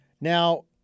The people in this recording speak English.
Now